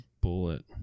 bullet